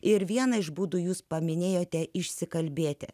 ir vieną iš būdų jūs paminėjote išsikalbėti